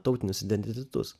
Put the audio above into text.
tautinius identitetus